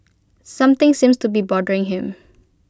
something seems to be bothering him